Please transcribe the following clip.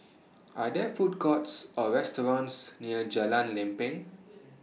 Are There Food Courts Or restaurants near Jalan Lempeng